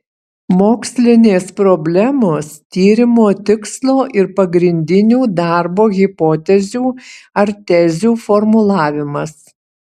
mokslinės problemos tyrimo tikslo ir pagrindinių darbo hipotezių ar tezių formulavimas